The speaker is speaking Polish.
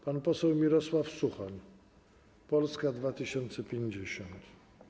Pan poseł Mirosław Suchoń, Polska 2050.